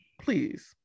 please